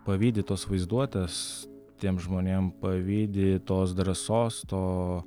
pavydi tos vaizduotės tiem žmonėm pavydi tos drąsos to